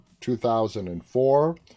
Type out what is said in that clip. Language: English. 2004